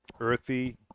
earthy